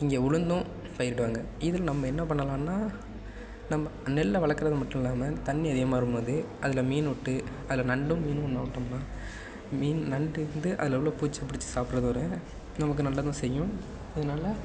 இங்கே உளுந்தும் பயிரிடுவாங்க இதில் நம்ம என்ன பண்ணலாம்னா நம்ம நெல் வளர்க்குறது மட்டுமில்லாமல் தண்ணி அதிகமாக வரும்போது அதில் மீன் விட்டு அதில் நண்டும் மீனும் ஒன்னாக விட்டோம்னா மீன் நண்டு வந்து அதில் உள்ள பூச்சி பிடிச்சி சாப்பிடுறதோட நமக்கு நல்லதும் செய்யும் அதனால்